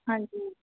ਹਾਂਜੀ